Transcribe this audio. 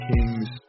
Kings